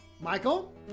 Michael